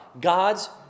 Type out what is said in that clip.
God's